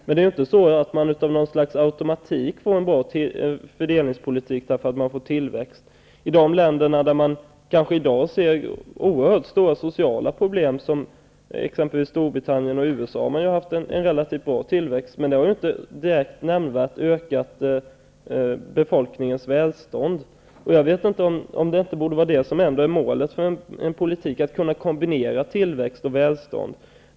Men det är inte så att man genom något slags automatik får en bra fördelningspolitik därför att man får tillväxt. I länder där man i dag ser oerhört stora sociala problem, exempelvis Storbritannien och USA, har man ju haft en relativt bra tillväxt -- men det har inte nämnvärt ökat befolkningens välstånd. Borde ändå inte målet för en politik vara att kunna kombinera tillväxt och välstånd?